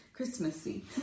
Christmassy